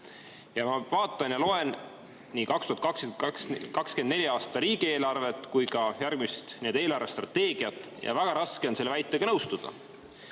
Ma vaatan ja loen nii 2024. aasta riigieelarvet kui ka järgmist eelarvestrateegiat ja väga raske on selle väitega nõustuda.